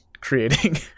creating